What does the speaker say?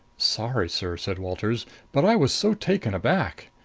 sorry, sir, said walters but i was so taken aback!